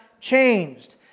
changed